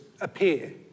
appear